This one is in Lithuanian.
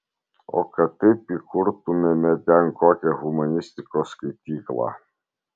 o kad taip įkurtumėme ten kokią humanistikos skaityklą